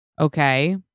Okay